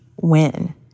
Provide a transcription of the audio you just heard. win